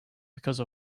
because